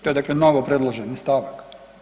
To je dakle novopredloženi stavak.